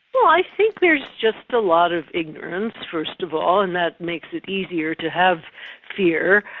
well i think there's just a lot of ignorance first of all. and that makes it easier to have fear.